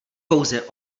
pouze